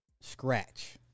scratch